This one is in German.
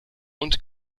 und